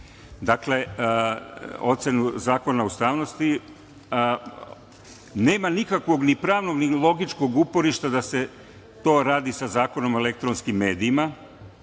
za ocenu ustavnosti. Dakle, nema nikakvog ni pravnog, ni logičkog uporišta da se to radi sa Zakonom o elektronskim medijima.